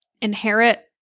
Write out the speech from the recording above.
inherit